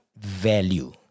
value